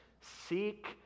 Seek